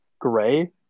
gray